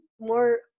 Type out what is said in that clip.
more